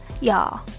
Y'all